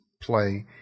play